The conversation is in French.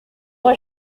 moi